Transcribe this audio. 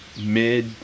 mid